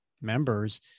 members